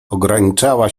ograniczała